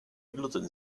gluten